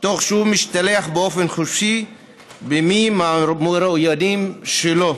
תוך שהוא משתלח באופן חופשי במי מהמרואיינים שלו.